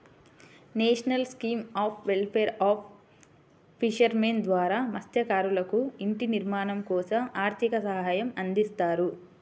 national scheme of welfare of fishermen ద్వారా మత్స్యకారులకు ఇంటి నిర్మాణం కోసం ఆర్థిక సహాయం అందిస్తారు